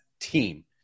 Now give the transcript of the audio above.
team